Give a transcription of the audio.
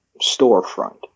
storefront